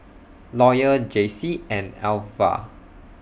Lawyer Jaycie and Alvah